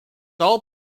all